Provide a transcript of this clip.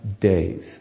days